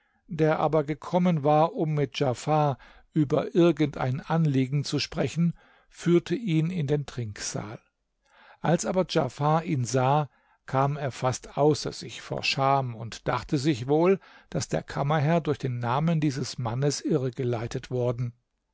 der aber gekommen war um mit djafar über irgendein anliegen zu sprechen führte ihn in den trinksaal als aber djafar ihn sah kam er fast außer sich vor scham und dachte sich wohl daß der kammerherr durch den namen dieses mannes irregeleitet worden